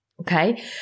Okay